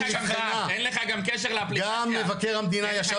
אין לך גם קשר לאפליקציה -- גם מבקר המדינה ישב